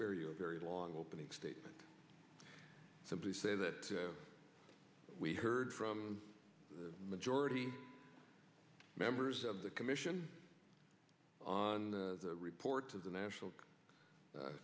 you a very long opening statement simply say that we heard from the majority members of the commission on the report to the national